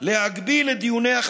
שלילי,